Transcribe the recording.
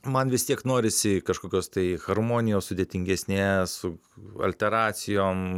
man vis tiek norisi kažkokios tai harmonijos sudėtingesnes su alteracijom